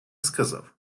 сказав